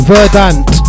Verdant